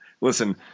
Listen